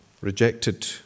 rejected